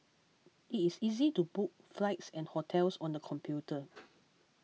it is easy to book flights and hotels on the computer